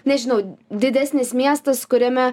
nežinau didesnis miestas kuriame